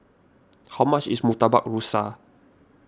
how much is Murtabak Rusa